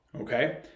okay